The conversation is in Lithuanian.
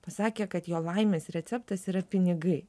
pasakė kad jo laimės receptas yra pinigai